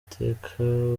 teka